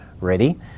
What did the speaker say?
ready